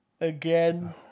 Again